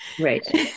Right